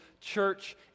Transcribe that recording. church